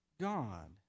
God